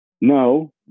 No